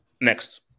next